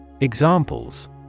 Examples